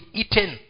eaten